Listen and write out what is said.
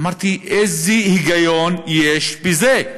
אמרתי: איזה היגיון יש בזה,